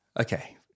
Okay